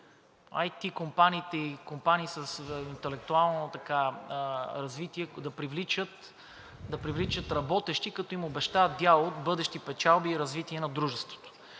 IT компаниите и компаниите с интелектуално развитие да привличат работещи, като им обещаят дял от бъдещи печалби и развитие на дружеството.